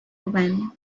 when